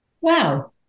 wow